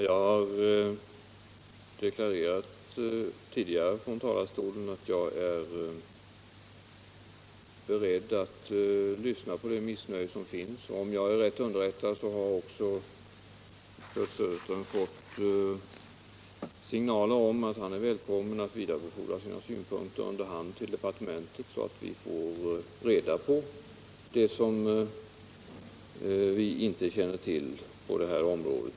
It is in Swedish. Herr talman! Jag har tidigare från talarstolen deklarerat att jag är beredd att lyssna på dem som är missnöjda i denna fråga. Om jag är rätt underrättad har herr Söderström också fått veta att han är välkommen att under hand vidarebefordra sina synpunkter till departementet, så att vi får reda på det vi inte känner till på detta område.